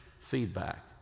feedback